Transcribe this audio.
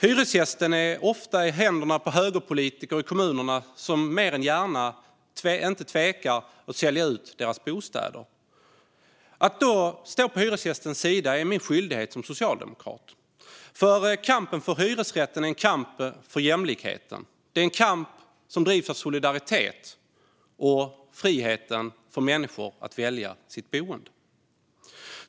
Hyresgästerna är ofta i händerna på högerpolitiker i kommunerna som inte tvekar att sälja ut deras bostäder. Att då stå på hyresgästens sida är min skyldighet som socialdemokrat. Kampen för hyresrätten är en kamp för jämlikheten. Det är en kamp som drivs av solidaritet och friheten för människor att välja sitt boende.